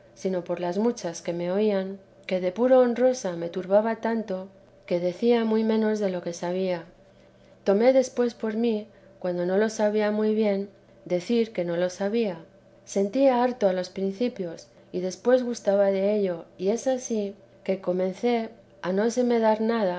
sino por las muchas que me oían que de puro honrosa me turbaba tanto que decía muy menos de lo que sabía tomé después por mí cuando no lo sabía muy bien decir que no lo sabía sentía harto a los principios y después gustaba dello es ansí que comencé a no se me dar nada